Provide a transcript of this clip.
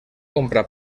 compra